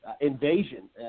invasion